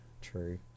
true